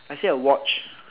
I's say a watch